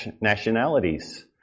nationalities